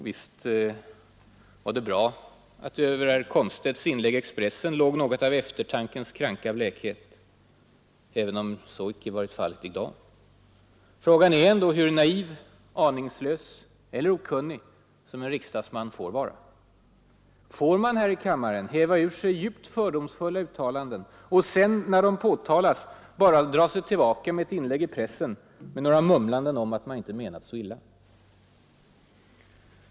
Visst är det bra att det över herr Komstedts svar i Expressen låg något av eftertankens kranka blekhet, även om så icke varit fallet i dag. Frågan är ändå hur naiv, aningslös eller okunnig en riksdagsman får vara. Får man här i kammaren häva ur sig djupt fördomsfulla uttalanden och sedan — när de påtalas — bara dra sig tillbaka genom ett inlägg i pressen med några mumlanden om att man inte menat så illa?